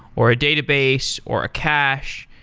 or a database, or a cache,